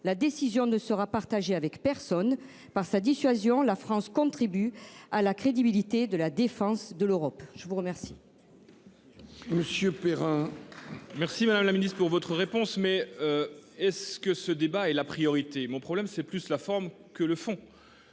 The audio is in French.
la décision ne sera partagée avec personne. Par sa dissuasion, la France contribue à la crédibilité de la défense de l’Europe. La parole